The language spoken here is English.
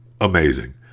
amazing